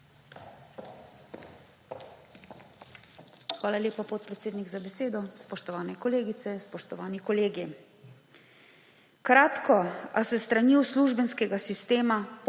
Hvala lepa, podpredsednik, za besedo. Spoštovane kolegice, spoštovani kolegi! Kratko, a s strani uslužbenskega sistema